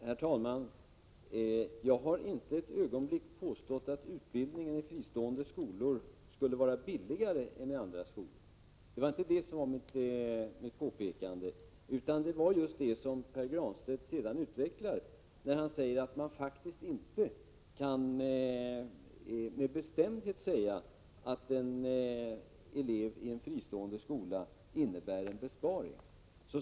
Herr talman! Jag har inte för ett ögonblick påstått att utbildningen i fristående skolor skulle vara billigare än i andra skolor. Det var inte det som var mitt påpekande, utan det var just det som Pär Granstedt utvecklar när han säger att man faktiskt inte med bestämdhet kan säga att en elev i en fristående skola innebär en besparing.